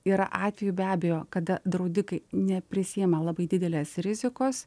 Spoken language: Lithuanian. yra atvejų be abejo kada draudikai neprisiima labai didelės rizikos